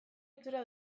itxura